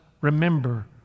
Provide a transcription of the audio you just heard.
remember